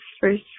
first